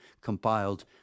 compiled